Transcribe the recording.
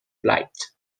bleibt